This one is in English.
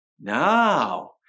Now